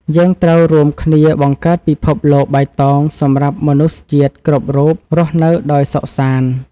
យើងត្រូវរួមគ្នាបង្កើតពិភពលោកបៃតងសម្រាប់មនុស្សជាតិគ្រប់រូបរស់នៅដោយសុខសាន្ត។